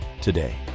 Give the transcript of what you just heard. today